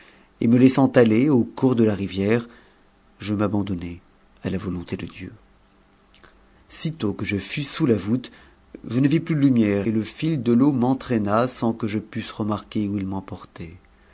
et e jaissant aller au cours de la rivière je m'abandonnai à la volonté de dieu o sitôt que je fus sous la voûte je ne vis plus de lumière et le fil de can m'entraîna sans que je pusse remarquer où il m'emportait